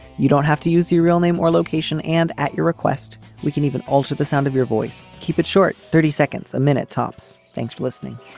you don't have to use your real name or location and at your request we can even alter the sound of your voice. keep it short thirty seconds a minute tops. thanks for listening